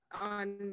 on